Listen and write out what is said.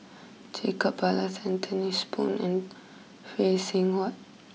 Jacob Ballas Anthony's Poon and Phay Seng Whatt